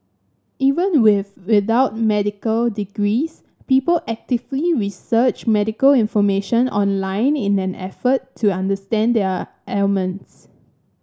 even with without medical degrees people actively research medical information online in an effort to understand their ailments